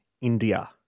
India